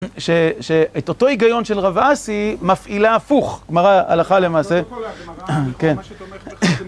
שאת אותו היגיון של רב אסי היא מפעילה הפוך, כלומר הלכה למעשה...כן...